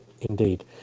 indeed